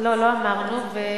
לא אמרנו מה ההסתייגויות.